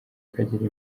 kagira